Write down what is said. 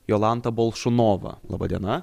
jolanta bolšunova laba diena